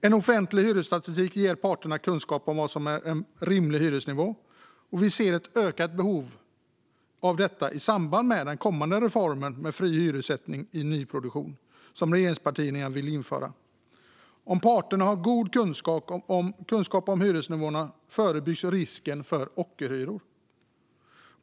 En offentlig hyresstatistik ger parterna kunskap om vad som är en rimlig hyresnivå. Vi ser ett ökat behov av detta i samband med den kommande reform med fri hyressättning i nyproduktion som regeringspartierna vill införa. Om parterna har god kunskap om hyresnivåerna förebyggs risken för ockerhyror.